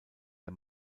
der